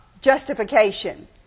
justification